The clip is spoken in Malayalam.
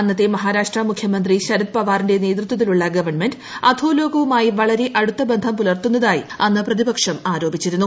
അന്നത്തെ മഹാരാഷ്ട്ര മുഖ്യമന്ത്രി ശരത് പവാറിന്റെ നേതൃത്വത്തിലുള്ളഗവൺമെന്റ് അധോലോകവുമായി വളരെ അടുത്ത ബന്ധം പുലർത്തുന്നതായി അന്ന് പ്രതീപ്പുക്ഷം ആരോപിച്ചിരുന്നു